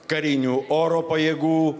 karinių oro pajėgų